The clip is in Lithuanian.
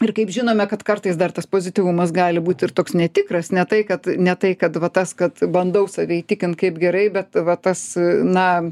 ir kaip žinome kad kartais dar tas pozityvumas gali būt ir toks netikras ne tai kad ne tai kad va tas kad bandau save įtikint kaip gerai bet va tas na